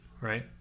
right